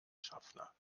schaffner